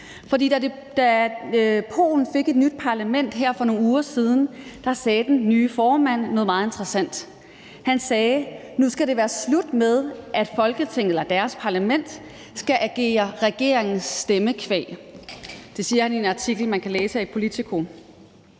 Da Polen fik et nyt parlament her for nogle uger siden, sagde den nye formand noget meget interessant. Han sagde: Nu skal det være slut med, at det polske parlament skal agere regeringens stemmekvæg. Det siger han i en artikel, man kan læse her i Politico.